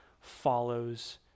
follows